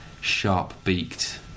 sharp-beaked